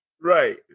Right